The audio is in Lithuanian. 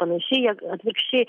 panašiai atvirkščiai